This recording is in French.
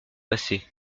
passer